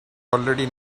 already